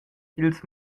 ils